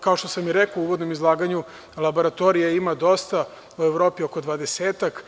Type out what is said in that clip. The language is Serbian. Kao što sam i rekao u uvodnom izlaganju, laboratorija ima dosta, u Evropi oko dvadesetak.